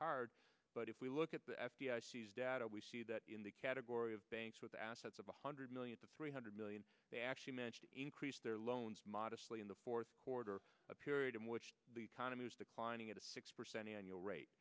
hard but if we look at the f b i data we see that in the category of banks with assets of one hundred million to three hundred million they actually manage to increase their loans modestly in the fourth quarter a period in which the economy is declining at a six percent annual rate